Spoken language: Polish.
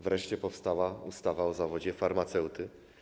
Wreszcie powstała ustawa o zawodzie farmaceuty.